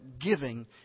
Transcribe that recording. giving